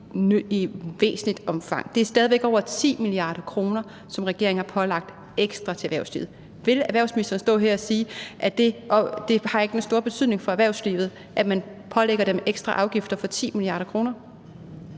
i væsentligt omfang: Det er stadig væk over 10 mia. kr., som regeringen har pålagt erhvervslivet ekstra. Vil statsministeren stå her og sige, at det ikke har den store betydning for erhvervslivet, at man pålægger dem ekstra afgifter for 10 mia. kr.?